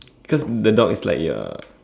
cause the dog is like your